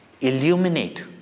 illuminate